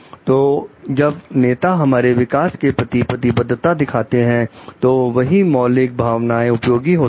तो जब नेता हमारे विकास के प्रति प्रतिबद्धता दिखाते हैं तो वही मौलिक भावनाएं उपयोगी होती हैं